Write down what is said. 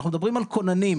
אנחנו מדברים על כוננים.